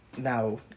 Now